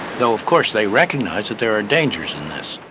though, of course, they recognize that there are dangers in this.